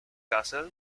castle